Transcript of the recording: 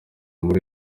muri